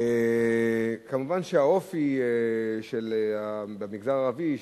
מובן שהאופי במגזר הערבי,